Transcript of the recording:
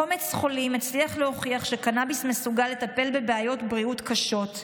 קומץ חולים הצליח להוכיח שקנביס מסוגל לטפל בבעיות בריאות קשות.